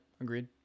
agreed